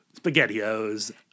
SpaghettiOs